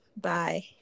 Bye